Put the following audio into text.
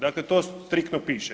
Dakle, to striktno piše.